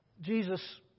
Jesus